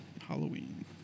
Halloween